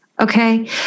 okay